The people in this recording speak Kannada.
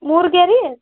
ಮೂರ್ಗೆರಿ